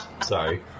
Sorry